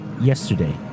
yesterday